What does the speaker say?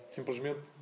Simplesmente